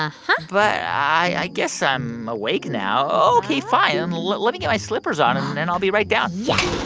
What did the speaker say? ah ah but i guess i'm awake now. ok, fine, um let let me get my slippers on, and then i'll be right down yes.